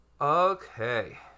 Okay